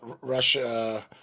Russia